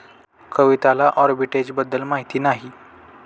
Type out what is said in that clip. कविताला आर्बिट्रेजबद्दल माहिती नाही